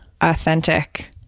authentic